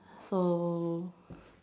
so